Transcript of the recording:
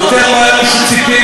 למה אתה,